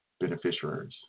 Beneficiaries